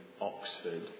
Oxford